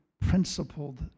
principled